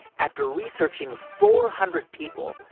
after researching four hundred people,